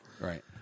Right